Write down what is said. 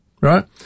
right